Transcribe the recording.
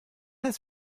das